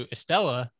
Estella